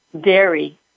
dairy